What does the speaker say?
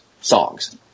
songs